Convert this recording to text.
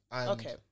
Okay